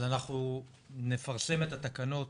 אז אנחנו נפרסם את התקנות